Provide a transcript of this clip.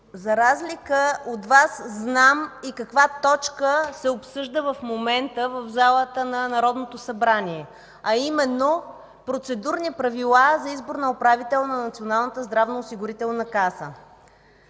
за разлика от Вас зная и каква точка се обсъжда в момента в залата на Народното събрание, а именно Процедурни правила за избор на управител на Националната здравноосигурителна каса.